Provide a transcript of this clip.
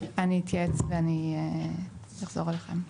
אני אתייעץ ואני אחזור אליכם.